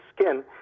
skin